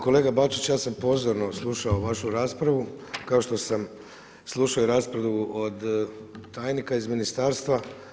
Kolega Bačić, ja sam pozorno slušao vašu raspravu kao što sam slušao i raspravu i tajnika iz ministarstva.